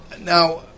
Now